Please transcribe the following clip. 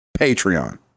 Patreon